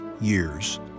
years